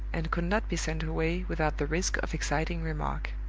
and could not be sent away without the risk of exciting remark.